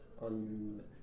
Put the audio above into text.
on